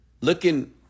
Looking